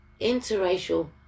interracial